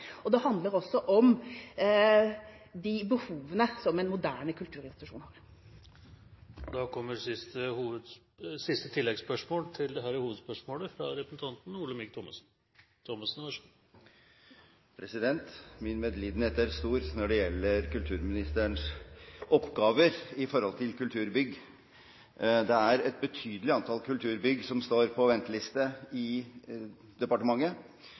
Det handler også om de behovene som en moderne kulturinstitusjon har. Olemic Thommessen – til oppfølgingsspørsmål. Min medlidenhet er stor når det gjelder kulturministerens oppgaver i forhold til kulturbygg. Det er et betydelig antall kulturbygg som står på venteliste i departementet.